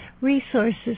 resources